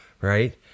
right